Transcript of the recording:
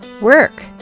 work